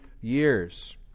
years